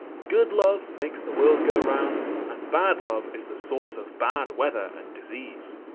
good love makes the world go round and bad love is the source of bad weather and disease.